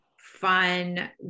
fun